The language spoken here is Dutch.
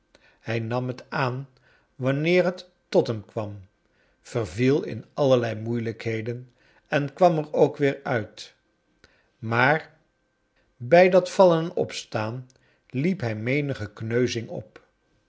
hij nam het aan wanneer het tot hem kwam verviel in allerlei moeilijkheden en kwam er ook weer uit maar bij dat vallen en opstaan liep hij menige kneuzing op